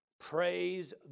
Praise